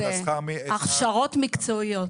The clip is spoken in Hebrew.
הכשרות מקצועיות.